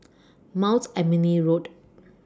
Mount Emily Road